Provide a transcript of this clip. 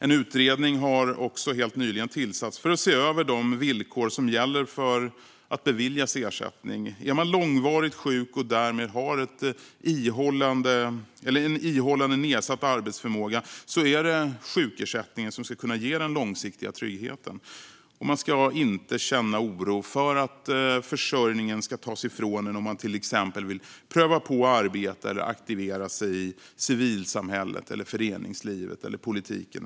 En utredning har helt nyligen tillsatts för att se över de villkor som gäller för att beviljas ersättning. Är man långvarigt sjuk och därmed har en ihållande nedsatt arbetsförmåga är det sjukersättningen som ska kunna ge den långsiktiga tryggheten. Man ska inte behöva känna oro för att försörjningen ska tas ifrån en om man till exempel vill pröva på att arbeta eller aktivera sig i civilsamhället, föreningslivet eller politiken.